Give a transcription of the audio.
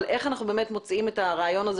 על איך אנחנו באמת מוציאים את הרעיון הזה